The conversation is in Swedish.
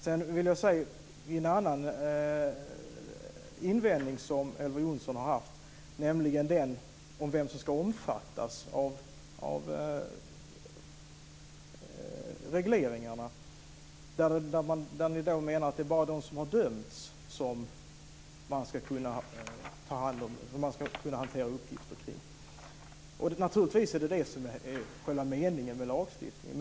Sedan vill jag ta upp en annan invändning som Elver Jonsson har haft, nämligen den om vem som ska omfattas av regleringarna. Där menar ni att det bara är de som har dömts som man ska kunna hantera uppgifter om. Det är naturligtvis själva meningen med lagstiftningen.